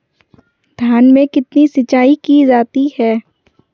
धान में कितनी सिंचाई की जाती है?